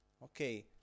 Okay